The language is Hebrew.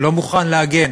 לא מוכן להגן